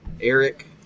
Eric